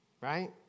right